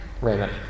Raymond